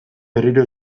berriro